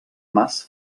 mas